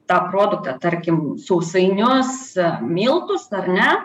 tą produktą tarkim sausainius miltus ar ne